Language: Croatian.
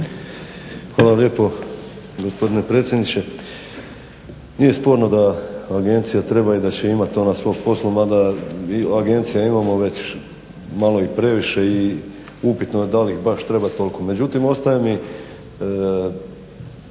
Hvala lijepo gospodine predsjedniče. Nije sporno da agencija treba i da će imati ona svog posla mada mi agencija imamo već malo i previše i upitno je da li ih baš treba toliko.